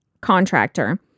contractor